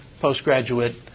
postgraduate